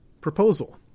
proposal